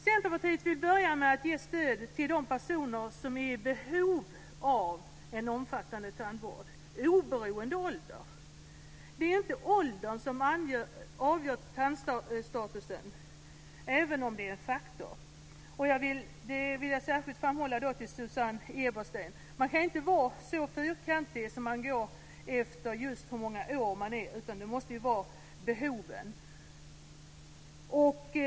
Centerpartiet vill börja med att ge stöd till de personer som är i behov av en omfattande tandvård, oberoende av ålder. Det är inte åldern som avgör tandstatusen, även om det är en faktor. Det vill jag särskilt framhålla för Susanne Eberstein. Man kan ju inte vara så fyrkantig att man går just efter hur många år personen är. Det måste ju vara behoven som är avgörande.